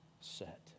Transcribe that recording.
set